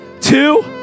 Two